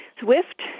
swift